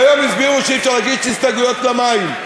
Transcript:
והיום הסבירו שאי-אפשר להגיש הסתייגויות למים.